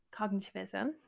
cognitivism